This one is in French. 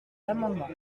l’amendement